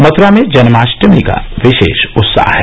मथुरा में जन्माष्टमी का विशेष उत्साह है